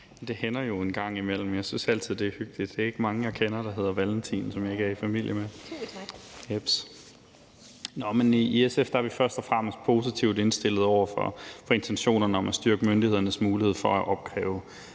Det hænder jo en gang imellem, og jeg synes altid, det er hyggeligt. Det er ikke mange, jeg kender, der hedder Valentin, som jeg ikke er i familie med. I SF er vi først og fremmest positivt indstillet over for intentionerne om at styrke myndighedernes mulighed for at opkræve